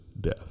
death